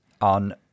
on